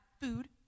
food